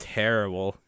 terrible